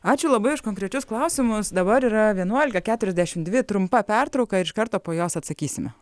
ačiū labai už konkrečius klausimus dabar yra vienuolika keturiasdešim dvi trumpa pertrauka ir iš karto po jos atsakysime